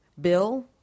Bill